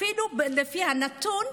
אפילו לפי הנתון,